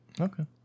Okay